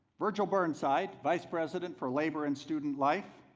virgil burnside vice president for labor and student life,